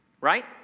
right